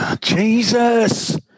Jesus